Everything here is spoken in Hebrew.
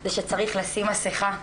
זה שצריך לשים מסכה,